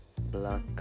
black